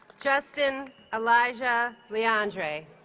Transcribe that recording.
justin elijah leandre